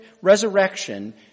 resurrection